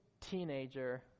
teenager